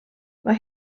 mae